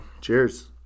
Cheers